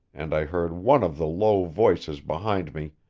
and i heard one of the low voices behind me